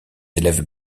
élèves